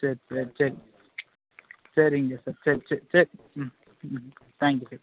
சேரி சேரி சரி சரிங்க சார் சேரி சேரி சரி ம் ம் தேங்க்யூ